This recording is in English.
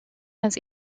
has